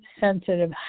sensitive